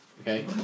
Okay